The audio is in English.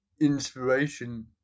inspiration